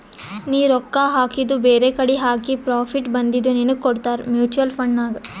ನೀ ರೊಕ್ಕಾ ಹಾಕಿದು ಬೇರೆಕಡಿ ಹಾಕಿ ಪ್ರಾಫಿಟ್ ಬಂದಿದು ನಿನ್ನುಗ್ ಕೊಡ್ತಾರ ಮೂಚುವಲ್ ಫಂಡ್ ನಾಗ್